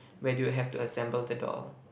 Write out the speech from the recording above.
where they will have to assemble the doll